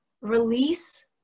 release